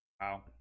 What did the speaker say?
Wow